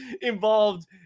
involved